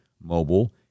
Mobile